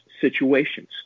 situations